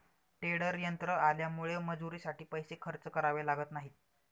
tedder यंत्र आल्यामुळे मजुरीसाठी पैसे खर्च करावे लागत नाहीत